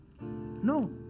No